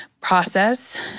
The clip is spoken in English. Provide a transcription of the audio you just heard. process